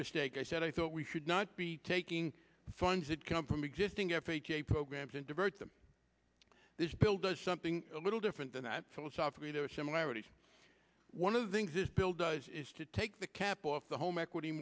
mistake i said i thought we should not be taking funds that come from existing f h a programs and divert them this bill does something a little different than that philosophically there are similarities one of the things this bill does is to take the cap off the home equity